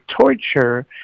torture